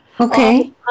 Okay